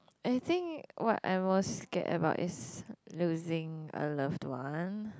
I think what I was scared about is losing a loved one